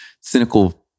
cynical